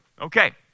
Okay